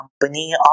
company